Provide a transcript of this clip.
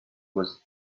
was